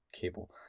cable